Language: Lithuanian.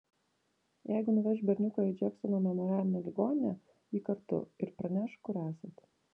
jeigu nuveš berniuką į džeksono memorialinę ligoninę vyk kartu ir pranešk kur esat